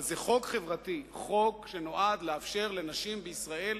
אבל זה חוק חברתי, חוק שנועד לאפשר לנשים בישראל